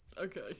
Okay